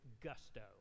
gusto